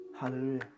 Hallelujah